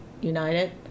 United